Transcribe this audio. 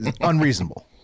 unreasonable